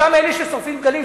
אותם אלה ששורפים דגלים,